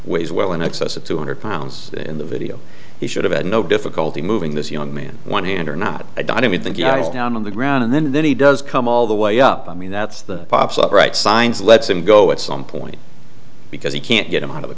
weighs well in excess of two hundred pounds in the video he should have had no difficulty moving this young man one hand or not i don't think you know it's down on the ground and then then he does come all the way up i mean that's the pops up right signs lets him go at some point because he can't get him out of the